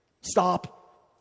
Stop